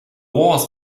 wars